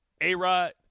A-Rod